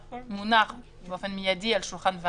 אנחנו מדברים על כמה סוגים של מקומות,